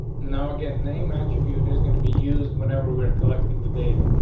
now again, name attribute is going to be used whenever we're collecting the data,